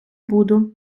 буду